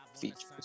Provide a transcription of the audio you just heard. features